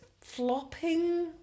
flopping